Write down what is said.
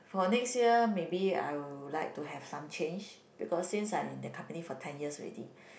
for next year maybe I will like to have some change because since I'm in the company for ten years already